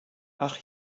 ach